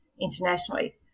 internationally